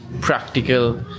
practical